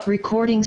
נעולה.